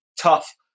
tough